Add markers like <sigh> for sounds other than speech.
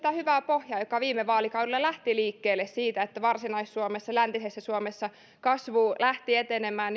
sitä hyvää pohjaa sitä sopimusperusteisuutta joka viime vaalikaudella lähti liikkeelle siitä että varsinais suomessa ja läntisessä suomessa kasvu lähti etenemään <unintelligible>